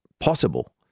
Possible